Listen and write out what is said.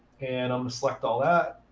and i'm select all that.